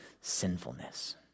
sinfulness